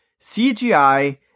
CGI